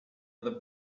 other